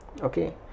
okay